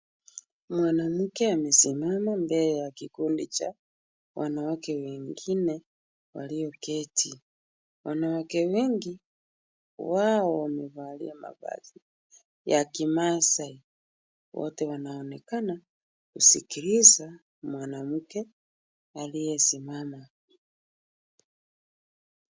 Mwanamke amesimama mbele ya kikundi cha wanawake wnegine walioketi. Wanawake wengi wao wamevalia mavazi ya kimaasai. Wote wanaonekana kusikiliza mwanamke aliyesimama.